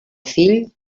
fill